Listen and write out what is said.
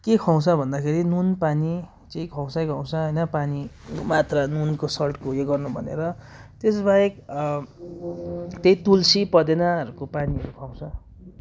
के खुवाउँछ भन्दाखेरि नुन पानी चाहिँ खुवाउँछै खुवाउँछ होइन पानी मात्रा नुनको सल्टको उयो गर्नु भनेर त्यस बाहेक त्यही तुलसी पुदिनाहरूको पानीहरू खुवाउँछ